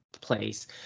place